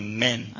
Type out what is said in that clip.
Amen